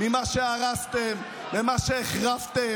ממה שהרסתם וממה שהחרבתם.